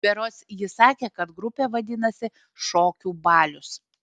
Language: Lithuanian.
berods ji sakė kad grupė vadinasi šokių balius